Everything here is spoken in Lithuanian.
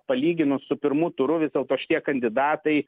palyginus su pirmu turu vis dėlto šitie kandidatai